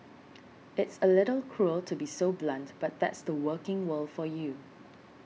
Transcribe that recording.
it's a little cruel to be so blunt but that's the working world for you